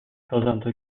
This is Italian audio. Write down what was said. causando